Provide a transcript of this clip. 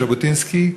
ז'בוטינסקי,